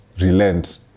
relent